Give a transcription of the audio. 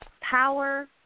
Power